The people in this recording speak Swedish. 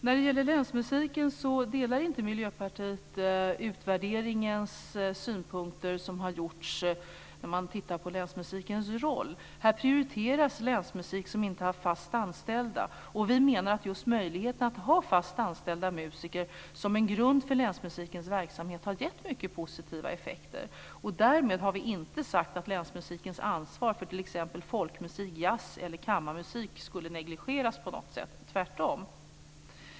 När det gäller Länsmusiken delar inte Miljöpartiet synpunkterna i den utvärdering som har gjorts när man har tittat på Länsmusikens roll. Här prioriteras en länsmusik som inte har fast anställda. Vi menar att just möjligheten för Länsmusiken att ha fast anställda musiker som en grund för verksamheten har gett mycket positiva effekter. Därmed har vi inte sagt att Länsmusikens ansvar för t.ex. folkmusik, jazz eller kammarmusik skulle negligeras på något sätt, tvärtom.